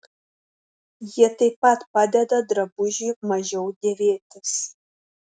jie taip pat padeda drabužiui mažiau dėvėtis